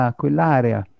quell'area